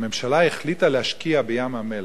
שהממשלה החליטה להשקיע בים-המלח,